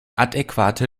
adäquate